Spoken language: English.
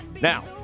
Now